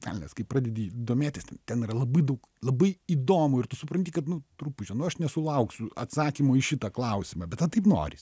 velnias kai pradedi domėtis ten yra labai daug labai įdomu ir tu supranti kad nu trupučio nu aš nesulauksiu atsakymo į šitą klausimą bet vat taip norisi